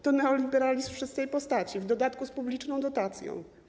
To neoliberalizm w czystej postaci, w dodatku z publiczną dotacją.